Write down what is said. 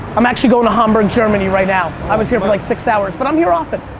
i'm actually going to hamburg, germany right now. i was here for like six hours but i'm here often.